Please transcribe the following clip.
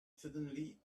suddenly